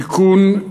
(תיקון),